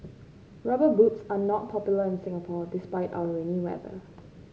rubber boots are not popular in Singapore despite our rainy weather